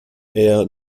air